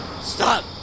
Stop